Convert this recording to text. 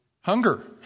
Hunger